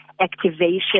activation